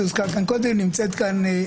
זה הוזכר כאן קודם נמצאת כאן